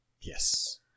yes